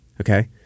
Okay